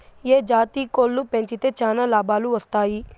ఏ జాతి కోళ్లు పెంచితే చానా లాభాలు వస్తాయి?